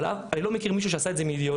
אבל אני לא מכיר מישהו שעשה את זה מאידיאולוגיה